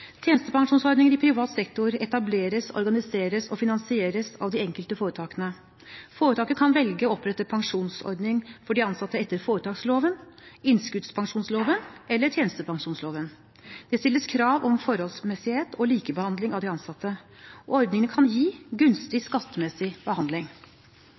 Tjenestepensjonsordninger i privat sektor etableres, organiseres og finansieres av de enkelte foretakene. Foretaket kan velge å opprette pensjonsordning for de ansatte etter foretaksloven, innskuddspensjonsloven eller tjenestepensjonsloven. Det stilles krav om forholdsmessighet og likebehandling av de ansatte. Ordningene kan gi gunstig skattemessig behandling.